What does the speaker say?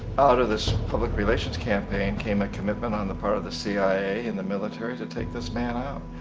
out of this public relations campaign came a commitment on the part of the cia and the military to take this man out.